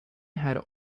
had